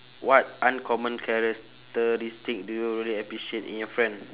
what uncommon characteristic do you really appreciate in your friend